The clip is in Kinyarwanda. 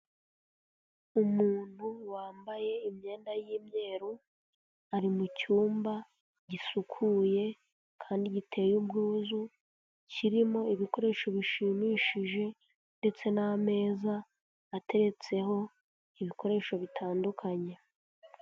Umuntu wambaye imyenda y'imyeru, ari mu cyumba gisukuye kandi giteye ubwuzu, kirimo ibikoresho bishimishije, ndetse n'ameza ateretseho ibikoresho bitandukanye.